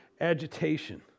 agitation